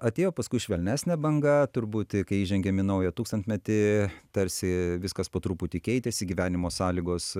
atėjo paskui švelnesnė banga turbūt kai įžengėme į naują tūkstantmetį tarsi viskas po truputį keitėsi gyvenimo sąlygos